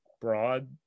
broad